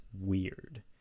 weird